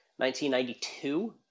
1992